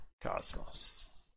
Cosmos